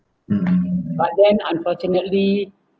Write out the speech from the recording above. but then unfortunately